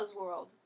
World